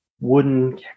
wooden